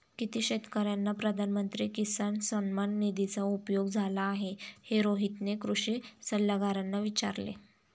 किती शेतकर्यांना प्रधानमंत्री किसान सन्मान निधीचा उपयोग झाला आहे, हे रोहितने कृषी सल्लागारांना विचारले